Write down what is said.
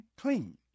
clean